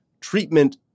treatment